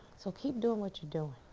so keep doing what you're doing.